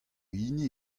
hini